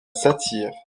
satire